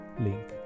Link